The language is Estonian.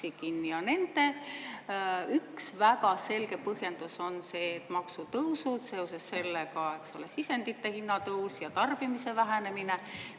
üks väga selge põhjendus on see, et on maksutõusud ja seoses sellega sisendite hinna tõus ja tarbimise vähenemine